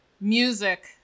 music